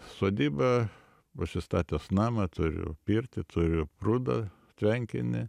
sodybą pasistatęs namą turiu pirtį turiu prūdą tvenkinį